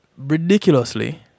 ridiculously